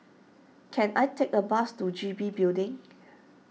can I take a bus to G B Building